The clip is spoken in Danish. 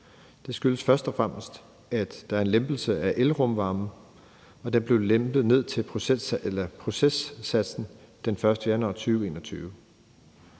Det skyldes først og fremmest, at der er sket en lempelse af elrumvarmen, som blev lempet til processatsen den 1. januar 2021.